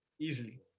easily